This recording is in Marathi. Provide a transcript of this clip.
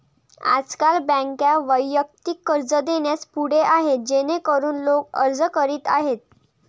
आजकाल बँका वैयक्तिक कर्ज देण्यास पुढे आहेत जेणेकरून लोक अर्ज करीत आहेत